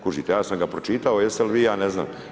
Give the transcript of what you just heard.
Kužite ja sam ga pročitao, jeste li vi, ja ne znam.